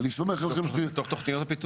ואני סומך עליכם --- בתוך תוכניות הפיתוח.